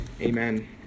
Amen